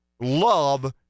love